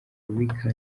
rica